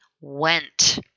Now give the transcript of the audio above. went